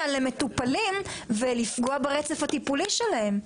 למטופלים ולפגוע ברצף הטיפולי שלהם.